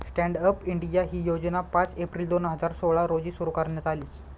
stand up India ही योजना पाच एप्रिल दोन हजार सोळा रोजी सुरु करण्यात आली